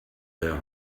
their